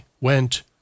went